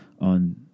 on